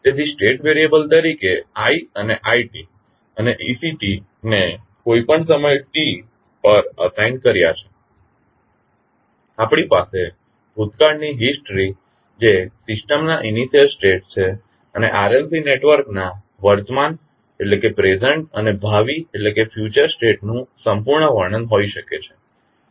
તેથી state variable તરીકે i અને i અને ect ને કોઈ સમય t પર અસાઇન કર્યા છે આપણી પાસે ભૂતકાળ ની હીસ્ટ્રી જે સિસ્ટમના ઇનિશ્યલ સ્ટેટ છે અને RLC નેટવર્કના વર્તમાન અને ભાવિ સ્ટેટ નું સંપૂર્ણ વર્ણન હોઈ શકે છે